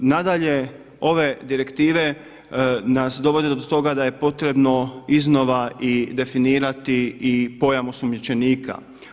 Nadalje, ove direktive nas dovode do toga da je potrebno iznova i definirati i pojam osumnjičenika.